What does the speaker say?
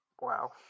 wow